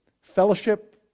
Fellowship